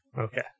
Okay